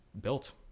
built